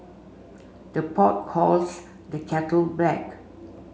the pot calls the kettle black